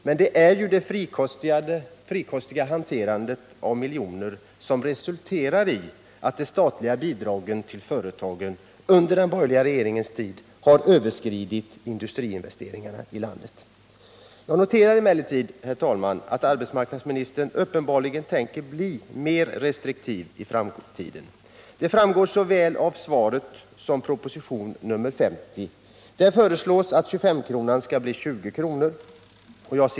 Men det är det frikostiga hanterandet av miljoner som resulterat i att de statliga bidragen till företagen under den borgerliga regeringens tid har överskridit industriinvesteringarna i landet. Jag noterar emellertid att arbetsmarknadsministern uppenbarligen tänker bli mer restriktiv i framtiden. Det framgår såväl av svaret som av proposition 50. Där föreslås att 25-kronan skall bli 20 kr.